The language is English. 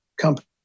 company